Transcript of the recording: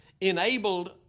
enabled